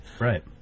Right